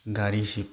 ꯒꯥꯔꯤꯁꯤ